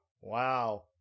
wow